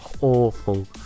awful